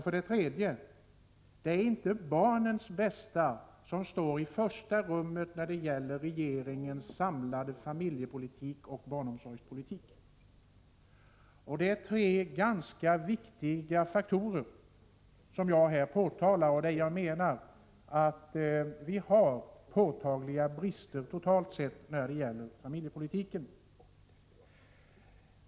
För det tredje: Det är inte barnens bästa som står i första rummet när det gäller regeringens samlade familjepolitik och barnomsorgspolitik. Det är tre ganska viktiga faktorer som jag här påtalar, och jag menar att det finns påtagliga brister totalt sett när det gäller familjepolitiken.